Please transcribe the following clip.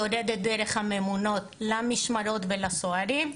יורדת דרך הממונות למשמרות ולסוהרים,